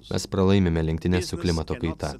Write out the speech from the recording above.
mes pralaimime lenktynes su klimato kaita